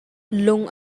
lung